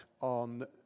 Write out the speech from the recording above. on